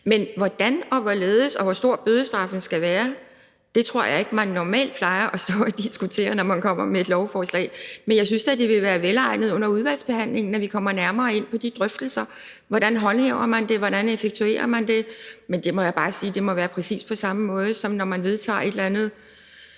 Hvordan og hvorledes og hvor stor bødestraffen skal være, tror jeg ikke man normalt plejer at stå og diskutere, når man kommer med et lovforslag. Men jeg synes da, det vil være velegnet under udvalgsbehandlingen, når vi kommer længere ind i de drøftelser, at forholde sig til, hvordan man håndhæver det, hvordan man effektuerer det. Men jeg må bare sige, at det må være på præcis samme måde, som når man vedtager en eller anden